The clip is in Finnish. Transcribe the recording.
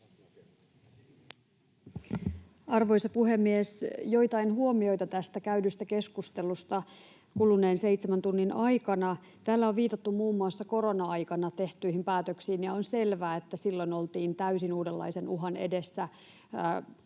Arvoisa puhemies! Joitain huomioita tästä käydystä keskustelusta kuluneen seitsemän tunnin aikana: Täällä on viitattu muun muassa korona-aikana tehtyihin päätöksiin. On selvää, että silloin oltiin täysin uudenlaisen uhan edessä